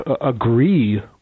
agree